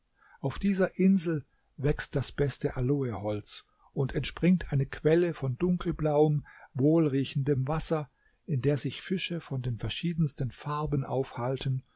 auf dieser insel wächst das beste aloeholz und entspringt eine quelle von dunkelblauem wohlriechendem wasser in der sich fische von den verschiedensten farben aufhalten